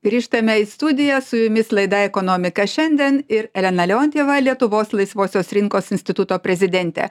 grįžtame į studiją su jumis laida ekonomika šiandien ir elena leontjeva lietuvos laisvosios rinkos instituto prezidentė